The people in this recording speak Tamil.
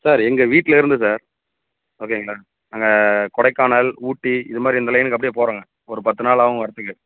சார் எங்கள் வீட்லேருந்து சார் ஓகேங்களா நாங்கள் கொடைக்கானல் ஊட்டி இது மாதிரி இந்த லைனுக்கு அப்படியே போறோம்ங்க ஒரு பத்து நாள் ஆகும் வர்றதுக்கு